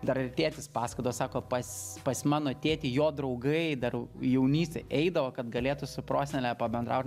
dar ir tėtis pasakodavo sako pas pas mano tėtį jo draugai dar jaunystėj eidavo kad galėtų su prosenele pabendraut